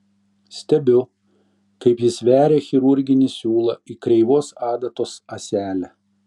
stebiu kaip jis veria chirurginį siūlą į kreivos adatos ąselę